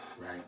right